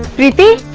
the the